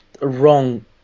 wrong